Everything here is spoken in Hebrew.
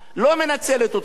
לא מנצלת אותך,